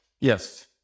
Yes